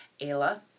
Ayla